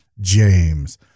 James